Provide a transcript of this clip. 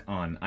on